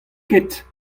ket